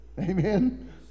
Amen